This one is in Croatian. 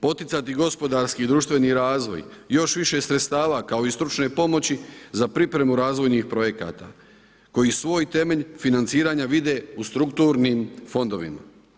Poticati gospodarski i društveni razvoj, još više sredstava, kao i stručne pomoći, za pripremu razvojnih projekata koji svoj temelj financiranja vide u strukturnim fondovima.